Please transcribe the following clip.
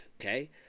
okay